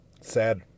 Sad